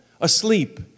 asleep